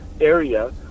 area